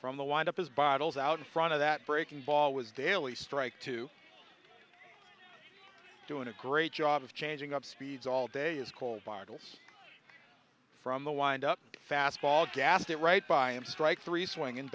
from the wind up his bottles out in front of that breaking ball was daily strike two doing a great job of changing up speeds all day is called models from the wind up fastball gasket right by him strike three swing